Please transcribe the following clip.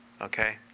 Okay